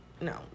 No